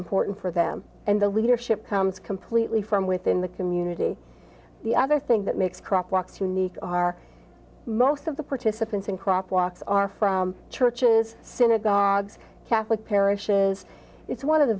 important for them and the leadership comes completely from within the community the other thing that makes crop walks unique are most of the participants in crop walks are from churches synagogues catholic parishes it's one of the